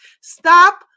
Stop